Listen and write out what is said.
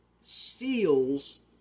seals